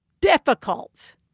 difficult